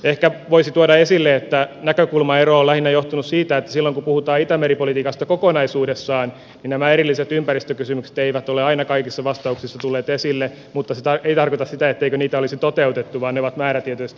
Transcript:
ehkä voisi tuoda esille että näkökulmaero on johtunut lähinnä siitä että silloin kun puhutaan itämeri politiikasta kokonaisuudessaan nämä erilliset ympäristökysymykset eivät ole aina kaikissa vastauksissa tulleet esille mutta se ei tarkoita sitä etteikö niitä olisi toteutettu vaan ne ovat määrätietoisesti menneet eteenpäin